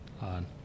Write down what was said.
on